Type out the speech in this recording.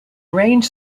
range